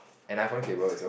and iPhone cable also